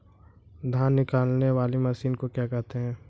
धान निकालने वाली मशीन को क्या कहते हैं?